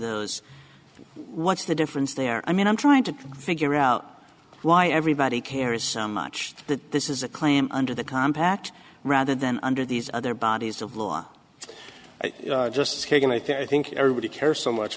those what's the difference there i mean i'm trying to figure out why everybody cares so much that this is a claim under the compact rather than under these other bodies of law just saying i think i think everybody cares so much